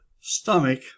stomach